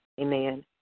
amen